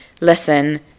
listen